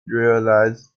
realized